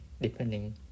depending